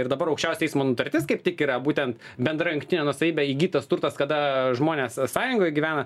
ir dabar aukščiausio teismo nutartis kaip tik yra būtent bendra jungtine nuosavybe įgytas turtas kada žmonės sąjungoj gyvena